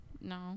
no